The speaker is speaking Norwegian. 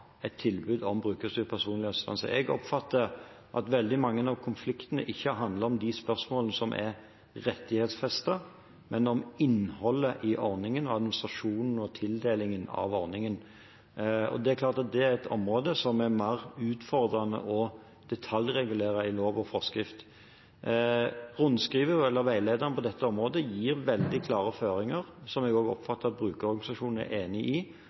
et tilbud om brukerstyrt personlig assistanse. Jeg oppfatter at veldig mange av konfliktene ikke handler om de spørsmålene som er rettighetsfestet, men om innholdet i ordningen, administrasjonen og tildelingen innen ordningen. Det er klart at det er et område som er mer utfordrende å detaljregulere i lov og forskrift. Rundskrivet, eller veilederen, på dette området gir veldig klare føringer, som jeg oppfatter at også brukerorganisasjonene er enig i,